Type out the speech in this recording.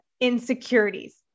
insecurities